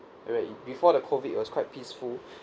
where before the COVID it was quite peaceful